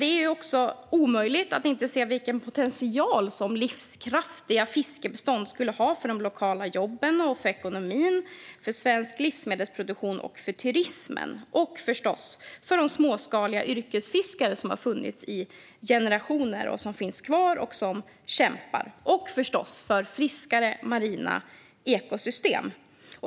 Det är också omöjligt att inte se vilken potential livskraftiga fiskebestånd skulle ha för de lokala jobben och ekonomin, svensk livsmedelsproduktion och turismen och förstås för de småskaliga yrkesfiskare som har funnits i generationer, som finns kvar och som kämpar samt givetvis för friskare marina ekosystem.